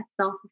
self